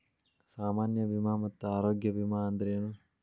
ಸಾಮಾನ್ಯ ವಿಮಾ ಮತ್ತ ಆರೋಗ್ಯ ವಿಮಾ ಅಂದ್ರೇನು?